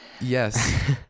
Yes